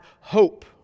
hope